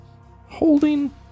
holding